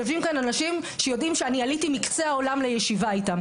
יושבים כאן אנשים שיודעים שאני עליתי מקצה העולם לישיבה איתם,